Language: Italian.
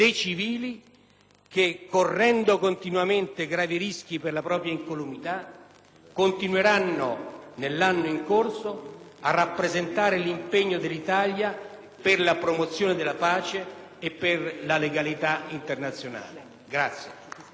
nell'anno in corso, a rappresentare l'impegno dell'Italia per la promozione della pace e per la legalità internazionale.